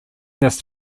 this